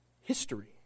history